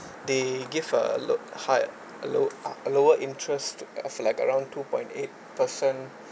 they give a low high a low a lower interest of like around two point eight percent